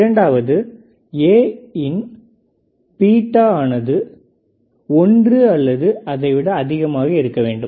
இரண்டாவது ஏ இன் பீட்டா ஆனது ஒன்று அல்லது அதை விட அதிகமாக இருக்க வேண்டும்